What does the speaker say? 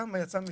יצא שם